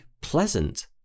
pleasant